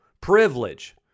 Privilege